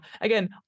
Again